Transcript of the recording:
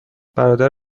برادر